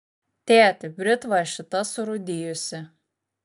tėti britva šita surūdijusi